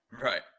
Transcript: Right